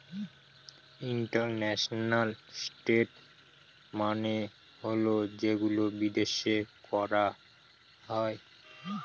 international trade মানে হল যেগুলো বিদেশে করা হয়